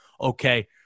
okay